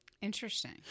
Interesting